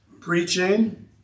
preaching